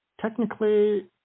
technically